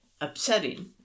upsetting